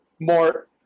more